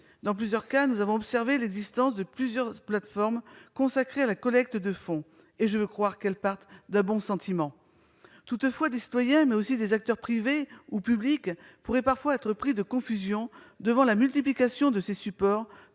Dans plusieurs cas, nous avons observé l'existence de plusieurs plateformes consacrées à la collecte de fonds. Je veux croire qu'elles partent d'un bon sentiment. Toutefois, des citoyens, mais aussi des acteurs privés ou publics pourraient parfois être victimes d'une forme de confusion face à la multiplication de ces supports,